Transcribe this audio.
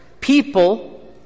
people